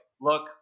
Look